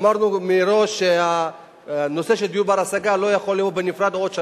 אמרנו מראש שהנושא של דיור בר-השגה לא יכול לבוא בנפרד בעוד שנה,